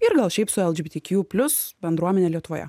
ir gal šiaip su lgbtq plius bendruomene lietuvoje